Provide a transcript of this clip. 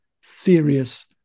serious